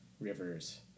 Rivers